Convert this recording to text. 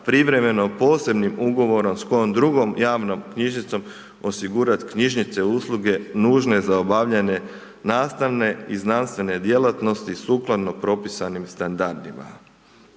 privremeno posebnim ugovorom s kojom drugom javnom knjižnicom osigurati knjižnice usluge nužne za obavljanje nastavne i znanstvene djelatnosti sukladno propisanim standardima.